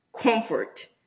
comfort